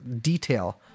detail